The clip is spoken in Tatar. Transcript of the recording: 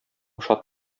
шат